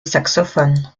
saxophone